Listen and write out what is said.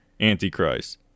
Antichrist